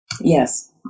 yes